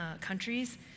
countries